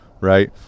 right